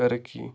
turkey